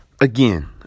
again